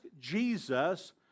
jesus